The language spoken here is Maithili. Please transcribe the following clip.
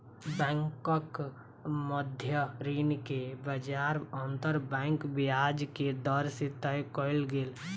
बैंकक मध्य ऋण के ब्याज अंतर बैंक ब्याज के दर से तय कयल गेल